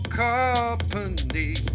company